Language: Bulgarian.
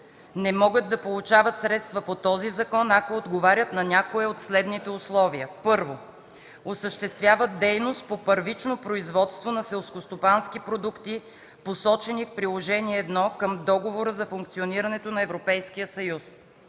не могат да получават средства по този закон, ако отговарят на някое от следните условия: 1. осъществяват дейност по първично производство на селскостопански продукти, посочени в Приложение I към Договора за функционирането на Европейския съюз;